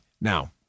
now